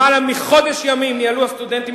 למעלה מחודש ימים ניהלו הסטודנטים,